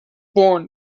born